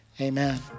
amen